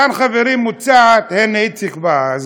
כאן, חברים, מוצע, הנה, איציק בא.